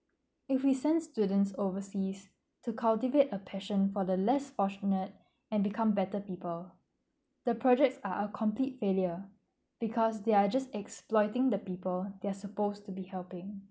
if we send students overseas to cultivate a passion for the less fortunate and become better people the projects are a complete failure because they're just exploiting the people they're supposed to be helping